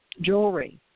jewelry